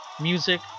music